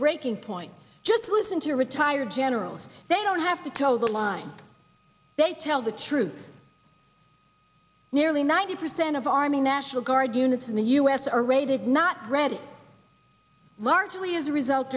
breaking point just wasn't a retired generals they don't have to toe the line they tell the truth nearly ninety percent of army national guard units in the u s are rated not ready largely as a result